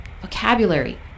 vocabulary